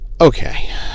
Okay